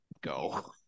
go